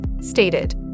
stated